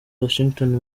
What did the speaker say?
washington